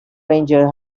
ranger